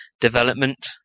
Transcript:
development